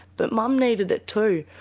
but mum needed it too,